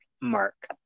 mark